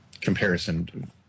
comparison